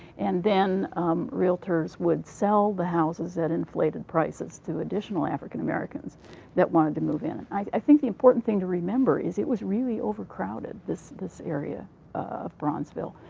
and then realtors would sell the houses that inflated prices to additional african americans that wanted to move in. i think the important thing to remember is it was really over-crowded, this this area of bronzeville,